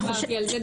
לא דיברתי על זה,